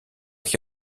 qui